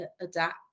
adapt